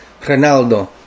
Ronaldo